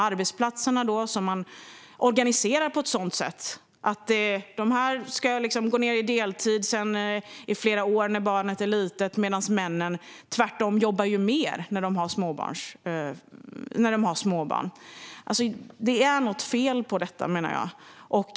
Arbetsplatserna organiseras också på ett sådant sätt att kvinnorna ska gå ned i deltid i flera år när barnet är litet medan männen tvärtom jobbar mer när de har småbarn. Det är något fel med detta, menar jag.